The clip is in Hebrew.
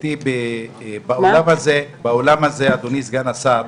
גברתי, באולם הזה, אדוני סגן השר,